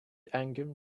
angham